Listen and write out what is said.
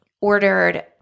ordered